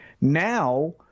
Now